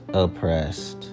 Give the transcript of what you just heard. oppressed